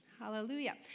Hallelujah